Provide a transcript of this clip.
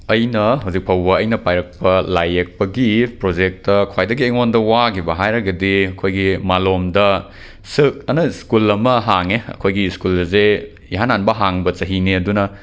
ꯑꯩꯅ ꯍꯧꯖꯤꯛ ꯐꯥꯎꯕ ꯑꯩꯅ ꯄꯥꯏꯔꯛꯄ ꯂꯥꯏ ꯌꯦꯛꯄꯒꯤ ꯄ꯭ꯔꯣꯖꯦꯛꯇ ꯈ꯭ꯋꯥꯏꯗꯒꯤ ꯑꯩꯉꯣꯟꯗ ꯋꯥꯈꯤꯕ ꯍꯥꯏꯔꯒꯗꯤ ꯑꯩꯈꯣꯏꯒꯤ ꯃꯥꯂꯣꯝꯗ ꯁꯔꯛ ꯍꯥꯏꯅ ꯁ꯭ꯀꯨꯜ ꯑꯃ ꯍꯥꯡꯏ ꯑꯩꯈꯣꯏꯒꯤ ꯁ꯭ꯀꯨꯜ ꯑꯁꯦ ꯏꯍꯥꯟ ꯍꯥꯟꯕ ꯍꯥꯡꯕ ꯆꯥꯍꯤꯅꯦ ꯑꯗꯨꯅ